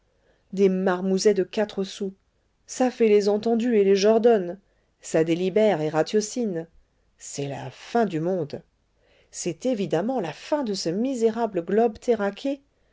des marmousets de quatre sous ça fait les entendus et les jordonnes ça délibère et ratiocine c'est la fin du monde c'est évidemment la fin de ce misérable globe